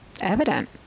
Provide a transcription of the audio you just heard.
evident